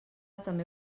també